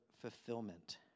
fulfillment